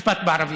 משפט בערבית: